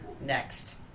next